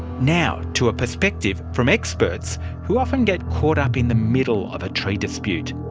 now to a perspective from experts who often get caught up in the middle of tree dispute.